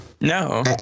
No